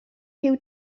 huw